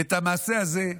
ואת המעשה הזה,